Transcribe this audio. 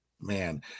man